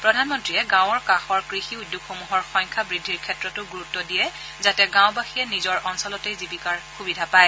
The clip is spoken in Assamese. প্ৰধানমন্ত্ৰীয়ে গাঁৱৰ কাষৰ কৃষি উদ্যোগসমূহৰ সংখ্যা বৃদ্ধিৰ ক্ষেত্ৰতো গুৰুত্ব দিয়ে যাতে গাঁওবাসীয়ে নিজৰ অঞ্চলতেই জীৱিকাৰ সুবিধা পায়